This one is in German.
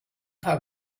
paar